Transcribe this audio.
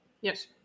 yes